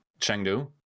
Chengdu